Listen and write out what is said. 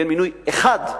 כי אין מינוי אחד,